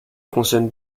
consonnes